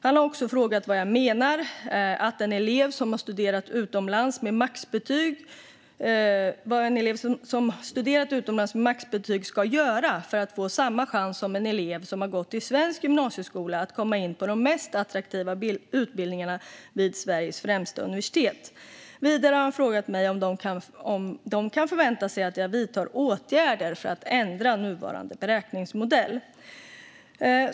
Han har också frågat vad mer jag menar att en elev som studerat utomlands med maxbetyg ska göra för att få samma chans som en elev som gått i svensk gymnasieskola att komma in på de mest attraktiva utbildningarna vid Sveriges främsta universitet. Vidare har han frågat mig om dessa elever kan förvänta sig att jag vidtar åtgärder för att ändra nuvarande beräkningsmodell.